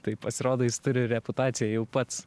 tai pasirodo jis turi reputaciją jau pats